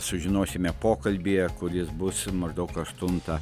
sužinosime pokalbyje kuris bus maždaug aštuntą